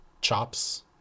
chops